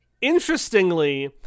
Interestingly